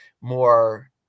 more